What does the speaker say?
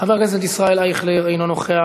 חבר הכנסת ישראל אייכלר, אינו נוכח.